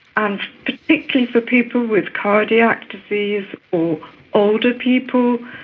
and particularly for people with cardiac disease or older people,